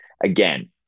again